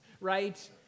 right